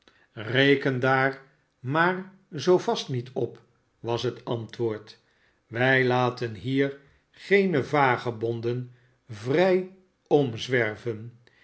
reken daar maar zoo vast niet op was het antwoord wij laten hier geene vagebonden vrij omzwerven